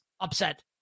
upset